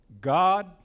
God